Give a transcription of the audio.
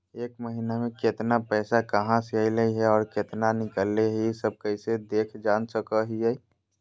एक महीना में केतना पैसा कहा से अयले है और केतना निकले हैं, ई सब कैसे देख जान सको हियय?